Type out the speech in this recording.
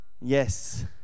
yes